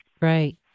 right